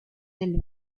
del